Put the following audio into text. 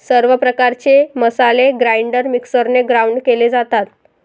सर्व प्रकारचे मसाले ग्राइंडर मिक्सरने ग्राउंड केले जातात